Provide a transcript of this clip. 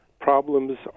problems